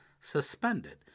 suspended